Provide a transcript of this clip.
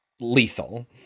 lethal